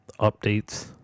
updates